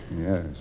Yes